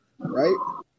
right